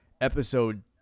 episode